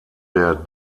der